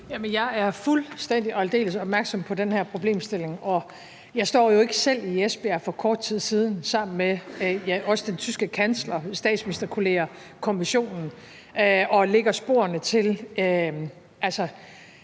Jeg er fuldstændig og aldeles opmærksom på den her problemstilling, og jeg stod selv i Esbjerg for kort tid siden sammen med den tyske kansler, statsministerkolleger og Kommissionen og lagde sporene til